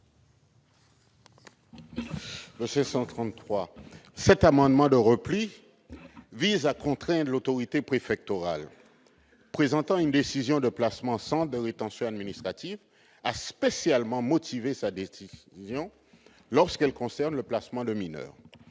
Arnell. Cet amendement de repli vise à contraindre l'autorité préfectorale prononçant une décision de placement en centre de rétention administrative à spécialement motiver sa décision lorsqu'elle concerne le placement de mineurs.